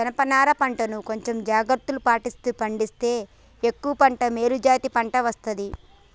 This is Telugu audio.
జనప నారా పంట ను కొంచెం జాగ్రత్తలు పాటిస్తూ పండిస్తే ఎక్కువ పంట మేలు జాతి పంట వస్తది